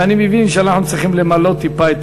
ואני מבין שאנחנו צריכים למלא טיפה את